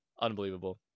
Unbelievable